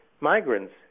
migrants